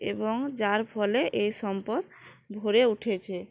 এবং যার ফলে এই সম্পদ ভরে উঠেছে